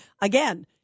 Again